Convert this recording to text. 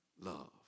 love